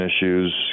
issues